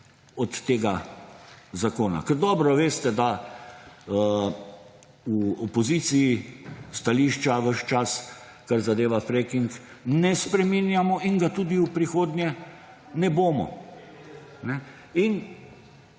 od tega zakona, ker dobro veste, da v opoziciji stališča ves čas, kar zadeva freking, ne spreminjamo in ga tudi v prihodnje ne bomo in